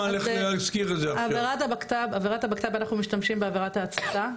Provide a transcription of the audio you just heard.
עבירת הבקת"ב אנחנו משתמשים בעבירת ההצתה,